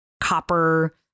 copper